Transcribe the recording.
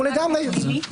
בפלילי?